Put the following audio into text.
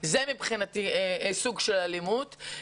זה מבחינתי סוג של אלימות.